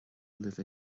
libh